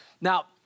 Now